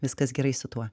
viskas gerai su tuo